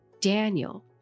Daniel